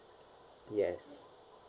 yes